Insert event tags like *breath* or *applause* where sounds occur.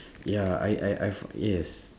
*breath* ya I I I *noise* yes